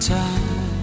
time